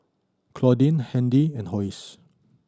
Claudine Handy and Hosie